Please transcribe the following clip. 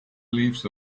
leaves